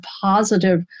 positive